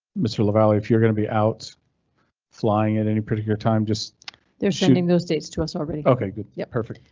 mr lavalley, if you're going to be out flying at any particular time just there, sending those dates to us already. ok, good, yeah perfect.